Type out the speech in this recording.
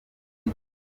kure